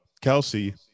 Kelsey